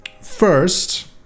first